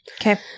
Okay